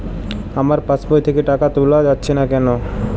আমার পাসবই থেকে টাকা তোলা যাচ্ছে না কেনো?